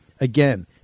Again